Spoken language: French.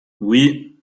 oui